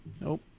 Nope